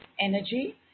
energy